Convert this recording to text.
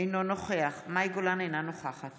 אינו נוכח מאי גולן, אינה נוכחת